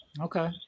okay